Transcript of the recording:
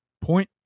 point